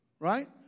Right